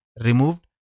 removed